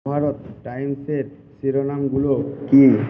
ভারত টাইমসের শিরোনামগুলো কী